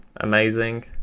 amazing